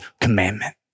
commandment